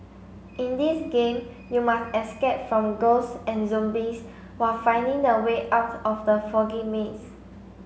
in this game you must escape from ghosts and zombies while finding the way out of the foggy maze